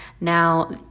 Now